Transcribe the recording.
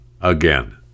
again